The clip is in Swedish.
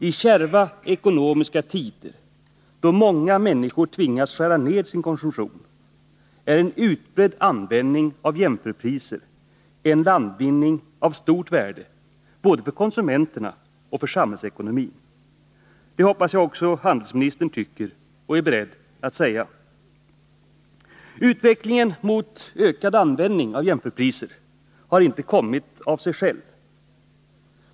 I ekonomiskt kärva tider, då många människor tvingas skära ned sin konsumtion, är en utbredd användning av jämförpriser en landvinning av stort värde både för konsumenterna och för samhällsekonomin. Det hoppas jag att också handelsministern tycker och är beredd att säga. Utvecklingen mot en ökad användning av jämförpriser har inte kommit av sig själv.